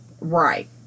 Right